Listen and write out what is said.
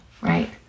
right